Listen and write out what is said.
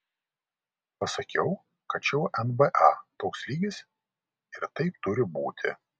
pasakiau kad čia jau nba toks lygis ir taip turi būti